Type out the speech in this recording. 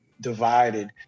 divided